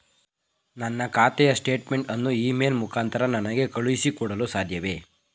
ನನ್ನ ಖಾತೆಯ ಸ್ಟೇಟ್ಮೆಂಟ್ ಅನ್ನು ಇ ಮೇಲ್ ಮುಖಾಂತರ ನನಗೆ ಕಳುಹಿಸಿ ಕೊಡಲು ಸಾಧ್ಯವೇ?